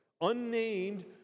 unnamed